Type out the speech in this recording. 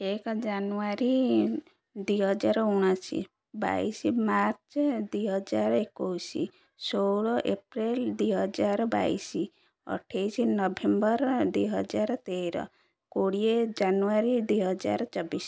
ଏକ ଜାନୁଆରୀ ଦୁଇହଜାର ଉଣେଇଶ ବାଇଶି ମାର୍ଚ୍ଚ ଦୁଇହଜାର ଏକୋଇଶି ଷୋହଳ ଏପ୍ରିଲ ଦୁଇହଜାର ବାଇଶି ଅଠେଇଶ ନଭେମ୍ବର ଦୁଇହଜାର ତେର କୋଡ଼ିଏ ଜାନୁଆରୀ ଦୁଇହଜାର ଚବିଶ